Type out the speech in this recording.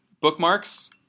bookmarks